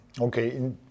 Okay